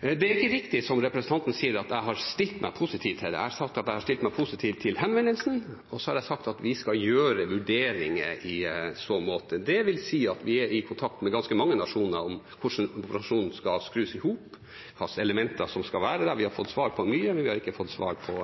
Det er ikke riktig som representanten sier, at jeg har stilt meg positiv til det. Jeg har sagt at jeg har stilt meg positiv til henvendelsen, og så har jeg sagt at vi skal gjøre vurderinger i så måte. Det vil si at vi er i kontakt med ganske mange nasjoner om hvordan operasjonen skal skrus sammen, og hva slags elementer som skal være der. Vi har fått svar på mye, men vi har ikke svar på